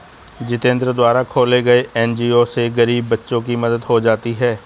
जितेंद्र द्वारा खोले गये एन.जी.ओ से गरीब बच्चों की मदद हो जाती है